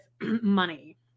money